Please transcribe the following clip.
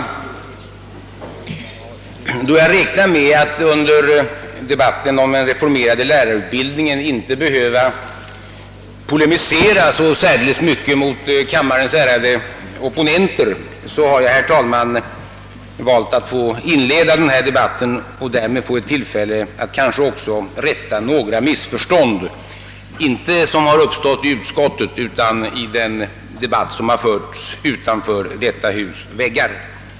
Eftersom jag räknar med att under debatten om den reformerade lärarutbildningen inte behöva polemisera så särdeles mycket mot kammarens ärade opponenter har jag valt att inleda denna debatt och därmed få tillfälle att kanske rätta några missförstånd — som inte har uppstått i utskottet utan i den debatt som förts utanför väggarna till detta hus.